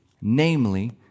Namely